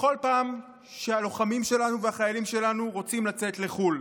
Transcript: בכל פעם שהלוחמים שלנו והחיילים שלנו רוצים לצאת לחו"ל.